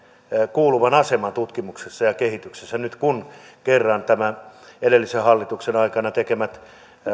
kuuluvan aseman tutkimuksessa ja kehityksessä nyt kun kerran edellisen hallituksen aikanaan tekemä